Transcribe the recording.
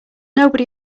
nobody